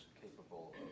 capable